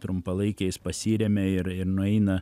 trumpalaikiais pasiremia ir ir nueina